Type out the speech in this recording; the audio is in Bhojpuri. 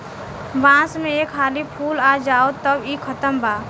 बांस में एक हाली फूल आ जाओ तब इ खतम बा